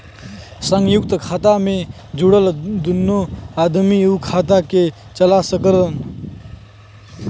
संयुक्त खाता मे जुड़ल दुन्नो आदमी उ खाता के चला सकलन